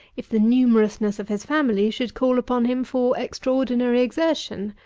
if the numerousness of his family should call upon him for extraordinary exertion,